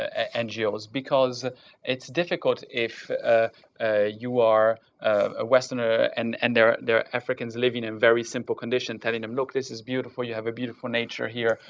ah ngos, because it's difficult if ah you are um a westerner and and there there are africans living in very simple conditions telling them, look, this is beautiful. you have a beautiful nature here.